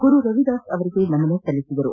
ಗುರು ರವಿದಾಸ್ ಅವರಿಗೆ ನಮನ ಸಲ್ಲಿಸಿದರು